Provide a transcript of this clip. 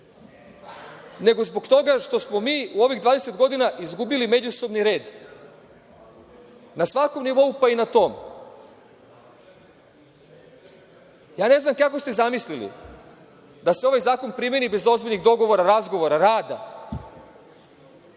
nego zbog toga što smo mi u ovih 20 godina izgubili međusobni red, na svakom nivou, pa i na tom. Ja ne znam kako ste zamislili da se ovaj zakon primeni bez ozbiljnih dogovora, razgovora, rada.